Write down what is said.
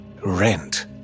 rent